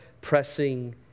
pressing